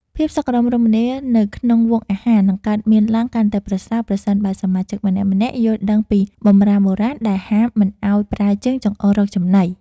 ភាពសុខដុមរមនានៅក្នុងវង់អាហារនឹងកើតមានឡើងកាន់តែប្រសើរប្រសិនបើសមាជិកម្នាក់ៗយល់ដឹងពីបម្រាមបុរាណដែលហាមមិនឱ្យប្រើជើងចង្អុលរកចំណី។